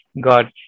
God